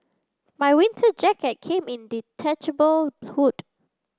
my winter jacket came in detachable hood